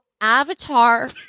Avatar